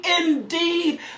Indeed